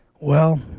Well